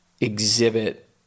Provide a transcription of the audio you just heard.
exhibit